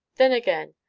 then again,